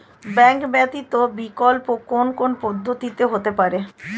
Bank ব্যতীত বিকল্প কোন কোন পদ্ধতিতে হতে পারে?